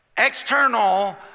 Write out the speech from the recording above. External